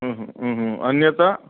अन्यथा